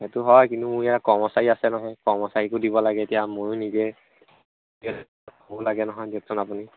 সেইটো হয় কিন্তু মোৰ ইয়াত কৰ্মচাৰী আছে নহয় কৰ্মচাৰীকো দিব লাগে এতিয়া ময়ো নিজে লাগে নহয় দিয়কচোন আপুনি